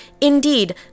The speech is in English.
Indeed